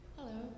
Hello